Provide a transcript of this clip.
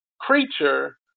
creature